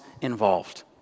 involved